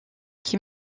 qui